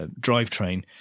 drivetrain